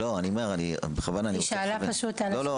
היא שאלה פשוט על ה --- לא,